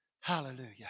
Hallelujah